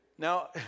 Now